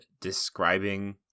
describing